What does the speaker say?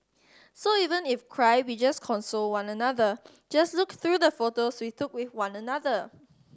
so even if cry we just console one another just look through the photos we took with one another